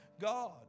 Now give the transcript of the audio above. God